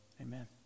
Amen